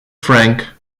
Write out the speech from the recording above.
frank